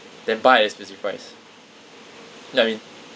then buy at a specific price you know what I mean